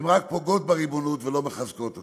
רק פוגעות בריבונות ולא מחזקות אותה.